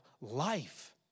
life